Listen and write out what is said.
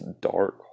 dark